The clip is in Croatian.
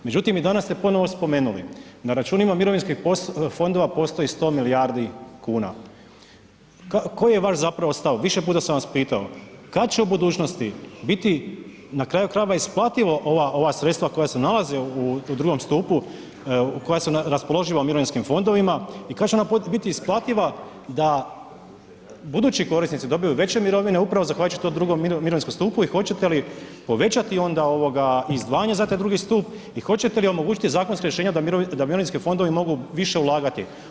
Međutim i danas ste ponovno spomenuli na računima mirovinskih fondova postoji 100 milijardi kuna, koji je zapravo vaš stav, više puta sam vas pitao, kad će u budućnosti biti na kraju krajeva isplativa ova sredstva koja se nalaze u II. stupu, koja su raspoloživa u mirovinskim fondovima i kad će ona biti isplativa da budući korisnici dobiju veće mirovine upravo zahvaljujući tom II. mirovinskom stupu i hoćete li povećati onda izdvajanje za taj II. stup i hoćete li omogućiti zakonska rješenja da mirovinski fondovi mogu više ulagati?